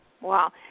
Wow